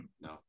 No